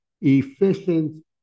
efficient